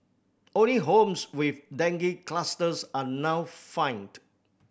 only homes with dengue clusters are now fined